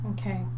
Okay